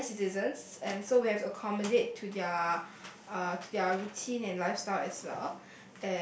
senior citizens and so we have to accommodate to their uh to their routine and lifestyle as well